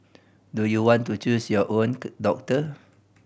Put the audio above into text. do you want to choose your own doctor